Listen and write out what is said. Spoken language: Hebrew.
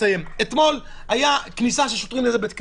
אתמול הייתה כניסה של שוטרים לבית כנסת.